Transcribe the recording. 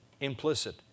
implicit